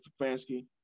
Stefanski